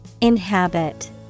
Inhabit